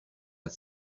حدس